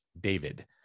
David